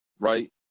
Right